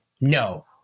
No